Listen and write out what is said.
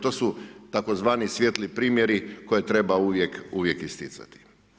To su tzv. svijetli primjeri koje treba uvijek isticati.